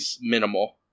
minimal